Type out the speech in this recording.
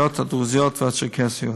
הרשויות הדרוזיות והצ'רקסיות.